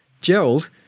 Gerald